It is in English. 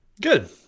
Good